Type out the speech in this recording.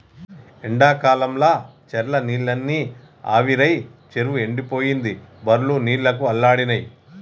ఎండాకాలంల చెర్ల నీళ్లన్నీ ఆవిరై చెరువు ఎండిపోయింది బర్లు నీళ్లకు అల్లాడినై